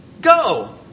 Go